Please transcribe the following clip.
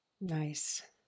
Nice